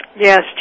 Yes